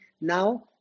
now